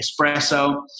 espresso